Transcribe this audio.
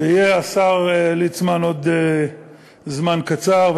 שיהיה השר ליצמן בעוד זמן קצר.